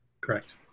Correct